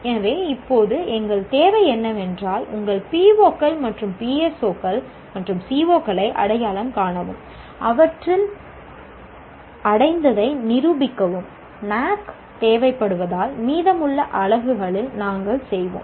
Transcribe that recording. எனவே இப்போது எங்கள் தேவை என்னவென்றால் உங்கள் POக்கள் மற்றும் PSOக்கள் மற்றும் COக்களை அடையாளம் காணவும் அவற்றின் அடைந்ததை நிரூபிக்கவும் NAAC தேவைப்படுவதால் மீதமுள்ள அலகுகளில் நாங்கள் செய்வோம்